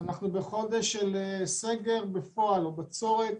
אנחנו בחודש של סגר בפועל או בצורת.